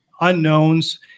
unknowns